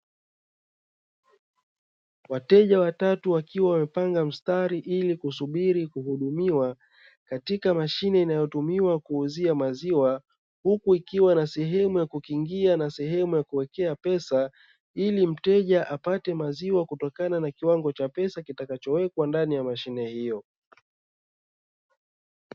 Wateja watatu wakiwa wamepanga mstari ili kusubiri kuhudumiwa katika mashine inayotumiwa kuuzia maziwa. Huku ikiwa na sehemu ya kukiingia na sehemu ya kuwekea pesa. Ili mteja apate maziwa kutokana na kiwango cha pesa kitakachowekwa ndani ya mashine hiyo.